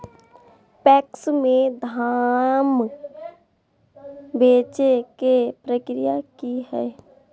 PACS में धाम बेचे के प्रक्रिया की हय?